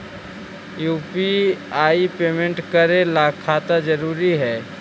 UPI payment करे ला खाता जरूरी है?